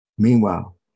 Meanwhile